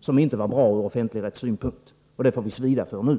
som inte var bra ur offentligrättslig synpunkt. Det får vi lida för nu.